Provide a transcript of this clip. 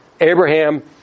Abraham